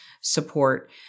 support